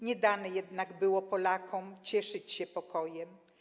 Nie dane jednak było Polakom cieszyć się pokojem.